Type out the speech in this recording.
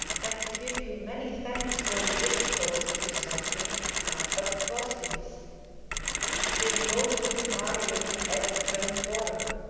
and give you many thanks for the discourse you sent me out of vossius de motu marium et ventorum.